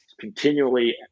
continually